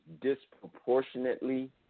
disproportionately